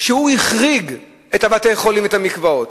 הוא החריג את בתי-החולים ואת המקוואות.